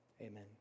Amen